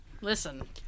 Listen